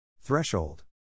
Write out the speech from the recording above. threshold